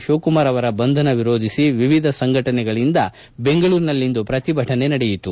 ಶಿವಕುಮಾರ್ ಅವರ ಬಂಧನ ವಿರೋಧಿಸಿ ವಿವಿಧ ಸಂಘಟನೆಗಳಿಂದ ಬೆಂಗಳೂರಿನಲ್ಲಿಂದು ಪ್ರತಿಭಟನೆ ನಡೆಯಿತು